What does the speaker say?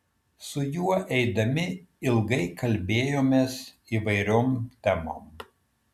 su juo eidami ilgai kalbėjomės įvairiom temom